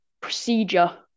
Procedure